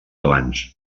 abans